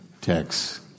text